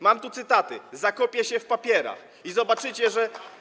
Mam tu cytaty: zakopie się w papierach i zobaczycie, że.